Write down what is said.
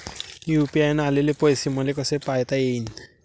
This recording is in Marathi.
यू.पी.आय न आलेले पैसे मले कसे पायता येईन?